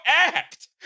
act